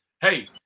hey